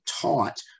taught